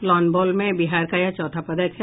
lawn ball में बिहार का यह चौथा पदक है